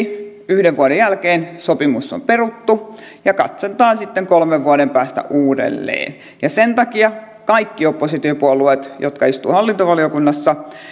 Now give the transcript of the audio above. yhden vuoden jälkeen sopimus on peruttu ja katsotaan sitten kolmen vuoden päästä uudelleen sen takia kaikki oppositiopuolueet jotka istuvat hallintovaliokunnassa